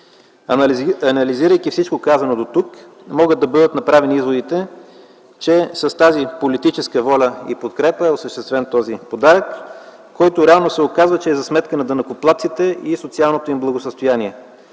Анализирайки всичко казано дотук, могат да бъдат направени изводите, че с тази политическа воля и подкрепа е осъществен този подарък, който реално се оказа, че е за сметка на данъкоплатците и социалното им благосъстояние.